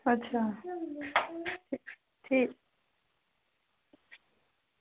अच्छा ठीक